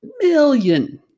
million